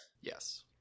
Yes